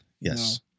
yes